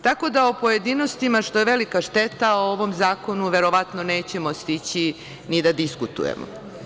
Tako da u pojedinostima, što je velika šteta, o ovom zakonu verovatno nećemo stići ni da diskutujemo.